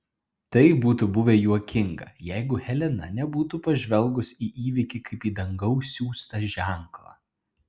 tai būtų buvę juokinga jeigu helena nebūtų pažvelgus į įvykį kaip į dangaus siųstą ženklą